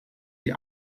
die